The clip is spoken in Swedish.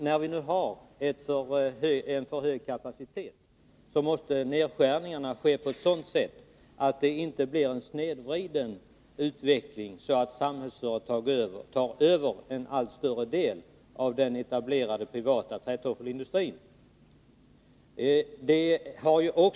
När vi nu har en alltför hög kapacitet, måste nedskärningarna ske på ett sådant sätt att det inte blir en snedvriden utveckling så att Samhällsföretag tar över en allt större del av den etablerade privata trätoffelindustrin.